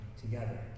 together